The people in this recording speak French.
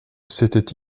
s’était